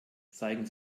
zeigen